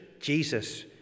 Jesus